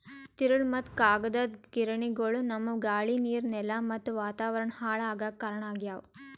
ತಿರುಳ್ ಮತ್ತ್ ಕಾಗದದ್ ಗಿರಣಿಗೊಳು ನಮ್ಮ್ ಗಾಳಿ ನೀರ್ ನೆಲಾ ಮತ್ತ್ ವಾತಾವರಣ್ ಹಾಳ್ ಆಗಾಕ್ ಕಾರಣ್ ಆಗ್ಯವು